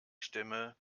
stimme